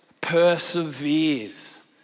perseveres